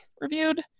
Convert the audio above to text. reviewed